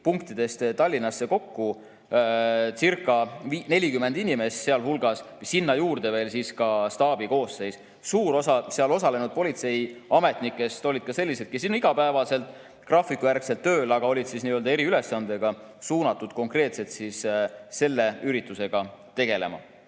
punktidest Tallinnasse kokku, circa40 inimest [korravalvest], sinna juurde veel ka staabi koosseis. Suur osa seal osalenud politseiametnikest olid sellised, kes olid oma igapäevasel graafikujärgsel tööl, aga olid eriülesandega suunatud konkreetselt selle üritusega tegelema.